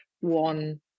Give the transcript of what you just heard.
one